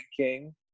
King